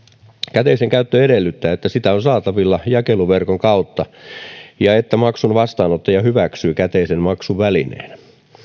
käteisen käyttö edellyttää että sitä on saatavilla jakeluverkon kautta ja että maksun vastaanottaja hyväksyy käteisen maksuvälineenä